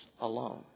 alone